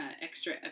extra